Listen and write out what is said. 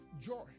joy